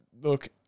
look